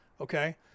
Okay